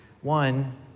One